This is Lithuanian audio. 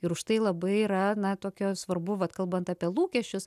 ir už tai labai yra na tokia svarbu vat kalbant apie lūkesčius